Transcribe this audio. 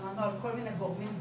שמענו על כל מיני גורמים,